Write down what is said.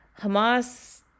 Hamas